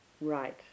Right